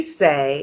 say